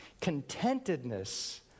Contentedness